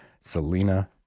Selena